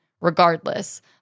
regardless